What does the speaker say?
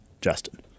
Justin